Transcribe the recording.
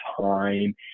time